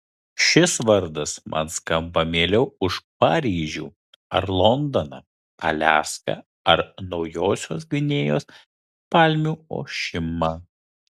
šis vardas man skamba mieliau už paryžių ar londoną aliaską ar naujosios gvinėjos palmių ošimą